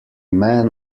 man